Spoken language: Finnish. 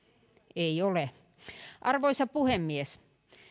ei ole arvoisa puhemies